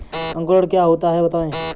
अंकुरण क्या होता है बताएँ?